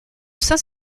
saint